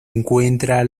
encuentra